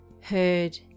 heard